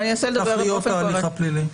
תכליות ההליך הפלילי.